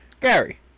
Gary